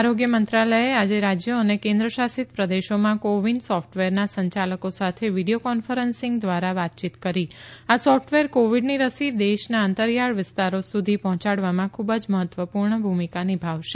આરોગ્ય મંત્રાલયે આજે રાજયો અને કેન્દ્ર શાસિત પ્રદેશોમાં કોવિન સોફટવેરના સંયાલકો સાથે વિડીયો કોન્ફરન્સીંગ ધ્વારા વાતયીત કરી આ સોફટવેર કોવિડની રસી દેશના અંતરીયાળ વિસ્તારો સુધી પહોંચાડવામાં ખુબ જ મહત્વપુર્ણ ભૂમિકા નિભાવશે